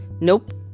Nope